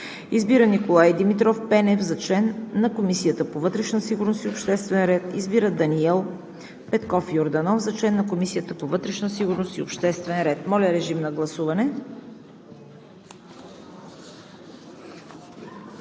Избира Николай Димитров Пенев за член на Комисията по вътрешна сигурност и обществен ред. Избира Даниел Петков Йорданов за член на Комисията по вътрешна сигурност и обществен ред.“ Моля, режим на гласуване.